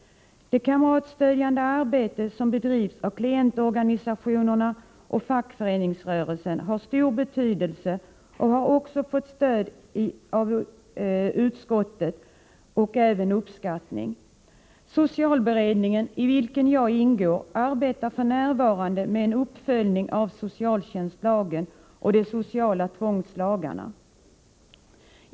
Det stödjande hjälparbete som bedrivs av klientorganisationer och fackföreningsrörelsen har stor betydelse och har även fått stöd och uppskattning av utskottet. Socialberedningen, i vilken jag ingår, arbetar f.n. med en uppföljning av socialtjänstlagen och de sociala tvångslagarna.